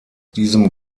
diesem